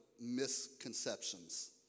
misconceptions